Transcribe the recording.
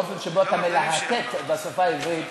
האופן שבו אתה מלהטט בשפה העברית,